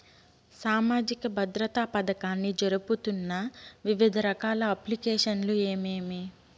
సామాజిక భద్రత పథకాన్ని జరుపుతున్న వివిధ రకాల అప్లికేషన్లు ఏమేమి?